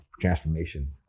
transformation